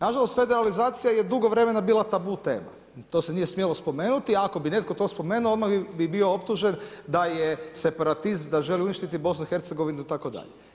Nažalost federalizacije je dugo vremena bila tabu tema, to se nije smjelo spomenuti a ako bi netko to spomenuo, odmah bih bio optužen da je separatist, da želi uništiti BiH-a itd.